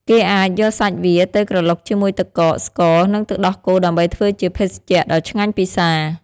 គេអាចយកសាច់វាទៅក្រឡុកជាមួយទឹកកក ស្ករ និងទឹកដោះគោដើម្បីធ្វើជាភេសជ្ជៈដ៏ឆ្ងាញ់ពិសា។